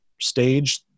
stage